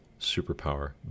Superpower